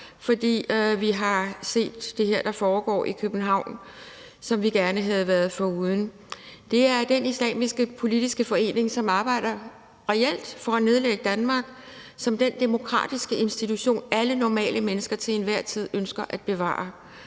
fordi vi har set det, der foregår i København, og som vi gerne ville have været foruden. Det er den islamiske politiske forening, som reelt arbejder for at nedlægge Danmark som den demokratiske institution, alle normale mennesker til enhver tid ønsker at bevare.